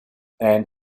and